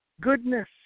goodness